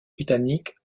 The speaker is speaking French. britannique